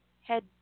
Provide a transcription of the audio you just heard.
head